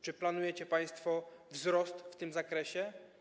Czy planujecie państwo wzrost w tym zakresie?